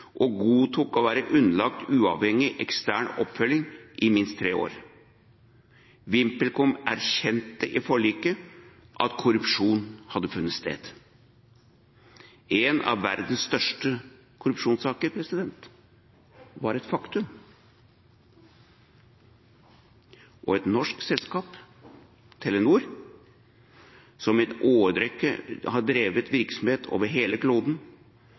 og godtok å være underlagt uavhengig ekstern oppfølging i minst tre år. VimpelCom erkjente i forliket at korrupsjon hadde funnet sted. En av verdens største korrupsjonssaker var et faktum, og et norsk selskap, Telenor, som i en årrekke har drevet virksomhet over hele kloden